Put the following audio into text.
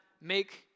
make